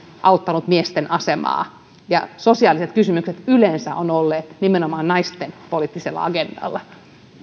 auttaneet miesten asemaa ja sosiaaliset kysymykset yleensä ovat olleet nimenomaan naisten poliittisella agendalla